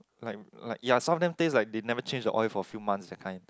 like like yea some of them taste like they never change the oil for few months that kind